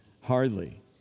hardly